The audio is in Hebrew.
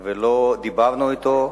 ולא דיברנו אתו.